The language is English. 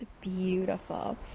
beautiful